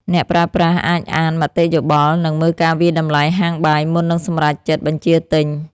អ្នកប្រើប្រាស់អាចអានមតិយោបល់ និងមើលការវាយតម្លៃហាងបាយមុននឹងសម្រេចចិត្តបញ្ជាទិញ។